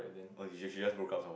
oh she she just broke up some more